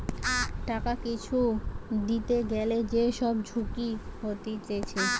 টাকা কিছু দিতে গ্যালে যে সব ঝুঁকি হতিছে